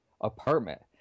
apartment